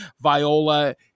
Viola